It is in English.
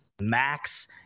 Max